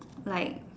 like